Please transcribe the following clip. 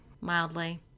Mildly